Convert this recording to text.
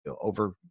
over